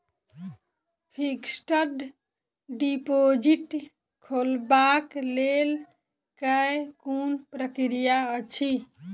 Fixed deposit खोलबाक लेल केँ कुन प्रक्रिया अछि?